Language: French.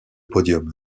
podium